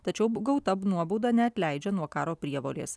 tačiau gauta nuobauda neatleidžia nuo karo prievolės